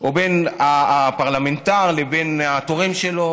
או בין הפרלמנטר לבין התורם שלו.